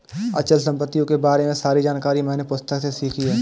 अचल संपत्तियों के बारे में सारी जानकारी मैंने पुस्तक से सीखी है